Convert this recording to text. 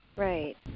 Right